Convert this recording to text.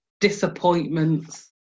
disappointments